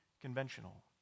conventional